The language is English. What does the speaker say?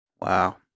Wow